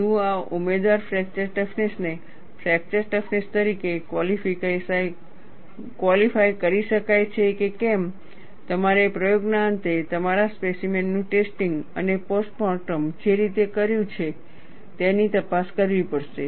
શું આ ઉમેદવાર ફ્રેક્ચર ટફનેસ ને ફ્રેક્ચર ટફનેસ તરીકે ક્વોલિફાય કરી શકાય છે કે કેમ તમારે પ્રયોગ ના અંતે તમારા સ્પેસીમેન નું ટેસ્ટિંગ અને પોસ્ટમોર્ટમ જે રીતે કર્યું છે તેની તપાસ કરવી પડશે